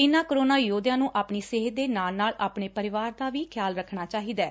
ਇਨੂਾ ਕੋਰੋਨਾ ਯੋਧਿਆਂ ਨੂੂੰ ਆਪਣੀ ਸਿਹਤ ਦੇ ਨਾਲ ਨਾਲ ਆਪਣੇ ਪਰਿਵਾਰ ਦਾ ਵੀ ਖਿਆਲ ਰੱਖਣਾ ਚਾਹੀਦੈ